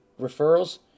referrals